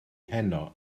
heno